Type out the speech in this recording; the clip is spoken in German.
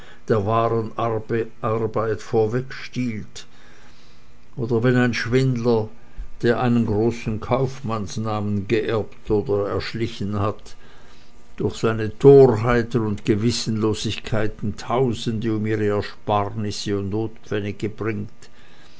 der wahren arbeit vor wegstiehlt oder wenn ein schwindler der einen großen kaufmannsnamen geerbt oder erschlichen hat durch seine torheiten und gewissenlosigkeiten tausende um ihre ersparnisse und notpfennige bringt